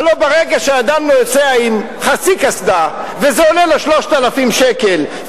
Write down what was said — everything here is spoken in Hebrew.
הלוא ברגע שאדם נוסע עם חצי קסדה וזה עולה לו 3,000 שקל,